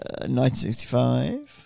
1965